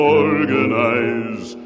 organize